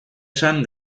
esan